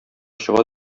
чыга